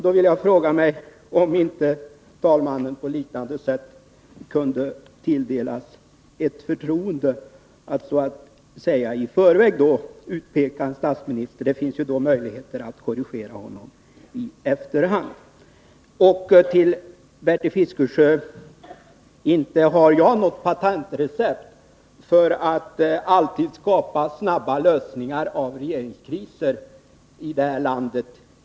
Då vill jag fråga mig om inte talmannen på liknande sätt kunde tilldelas ett förtroende att så att säga i förväg utpeka statsminister. Det finns ju möjlighet att korrigera honom i efterhand. Till Bertil Fiskesjö: Inte har jag något patentrecept för att alltid skapa snabba lösningar av regeringskriser i det här landet.